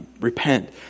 repent